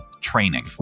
training